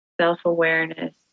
self-awareness